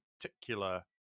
particular